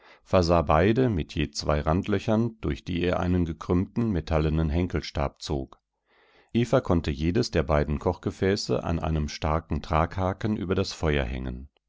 versah beide mit je zwei randlöchern durch die er einen gekrümmten metallenen henkelstab zog eva konnte jedes der beiden kochgefäße an einem starken traghaken über das feuer hängen